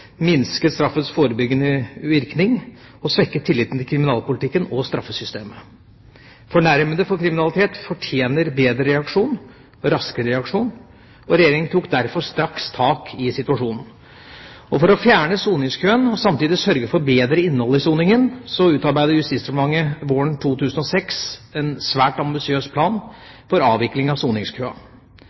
minsket straffens forebyggende virkning og svekket tilliten til kriminalpolitikken og straffesystemet. Fornærmede for kriminalitet fortjener bedre og raskere reaksjon, og Regjeringa tok derfor straks tak i situasjonen. For å fjerne soningskøen og samtidig sørge for bedre innhold i soningen utarbeidet Justisdepartementet våren 2006 en svært ambisiøs plan for avvikling av